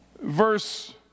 Verse